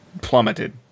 plummeted